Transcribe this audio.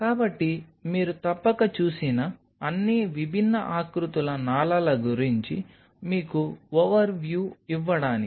కాబట్టి మీరు తప్పక చూసిన అన్ని విభిన్న ఆకృతుల నాళాల గురించి మీకు ఓవర్ వ్యూ ఇవ్వడానికి